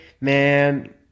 man